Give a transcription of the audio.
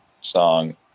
song